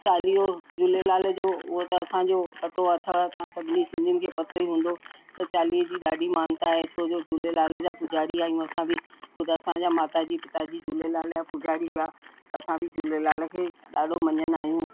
चालीहो झूलेलाल जो उहो त असांजो पतो अथव तव्हां सभिनिनि सिंधियुनि खे पतो ई हूंदो त चालीहे जी ॾाढी मानता छो जो झूलेलाल जा पुॼारी आहियूं असां बि ख़ुदि असांजा माता जी पिता जी झूलेलाल जा पुॼारी हुआ त असां बि झूलेलाल खे ॾाढो मञंदा आहियूं